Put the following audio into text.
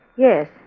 Yes